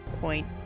point